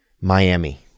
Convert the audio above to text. Miami